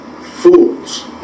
Fools